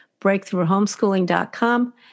breakthroughhomeschooling.com